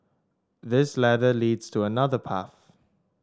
this ladder leads to another path